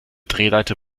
drehleiter